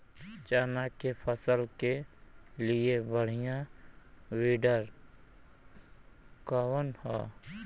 चना के फसल के लिए बढ़ियां विडर कवन ह?